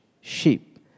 sheep